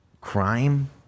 crime